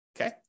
okay